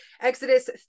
Exodus